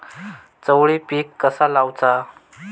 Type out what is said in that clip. चवळी पीक कसा लावचा?